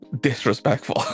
disrespectful